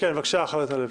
בבקשה חבר הכנסת הלוי.